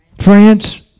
France